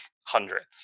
hundreds